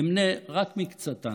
אמנה רק מקצתן.